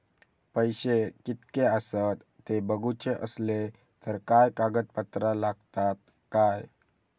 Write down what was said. पैशे कीतके आसत ते बघुचे असले तर काय कागद पत्रा लागतात काय?